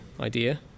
idea